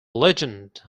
legend